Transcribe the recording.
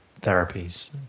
therapies